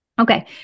Okay